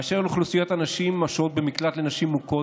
באשר לאוכלוסיית הנשים השוהות במקלט לנשים מוכות,